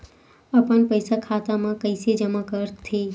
अपन पईसा खाता मा कइसे जमा कर थे?